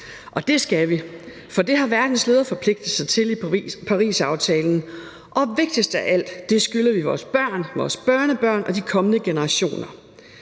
det skal vi, for det har verdens ledere forpligtet sig til i Parisaftalen. Og vigtigst af alt: Det skylder vi vores børn, vores børnebørn og de kommende generationer.